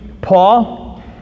Paul